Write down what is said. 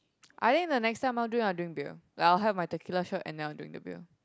I think the next time I'll drink I'll drink beer like I will have my tequilla shot and then I'll drink the beer